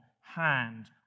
hand